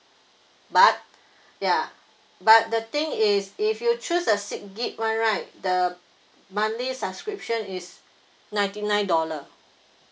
but ya but the thing is if you choose a six gig [one] right the monthly subscription is ninety nine dollar